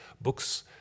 books